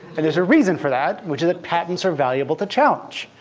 and there's a reason for that, which is that patents are valuable to challenge.